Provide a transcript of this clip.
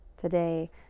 Today